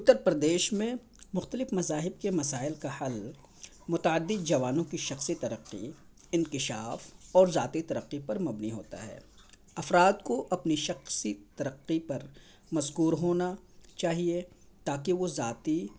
اتر پردیش میں مختلف مذاہب کے مسائل کا حل متعدد جوانوں كی شخصی ترقی انكشاف اور ذاتی ترقی پر مبنی ہوتا ہے افراد كو اپنی شخصی ترقی پر مذكور ہونا چاہیے تاکہ وہ ذاتی